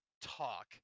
talk